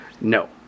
no